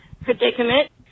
predicament